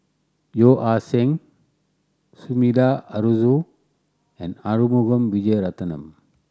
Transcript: Yeo Ah Seng Sumida Haruzo and Arumugam Vijiaratnam